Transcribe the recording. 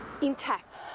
intact